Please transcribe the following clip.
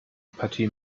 partie